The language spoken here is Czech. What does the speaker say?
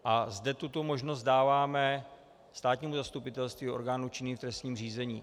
A zde tuto možnost dáváme státnímu zastupitelství, orgánu činnému v trestní řízení.